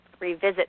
Revisit